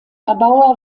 erbauer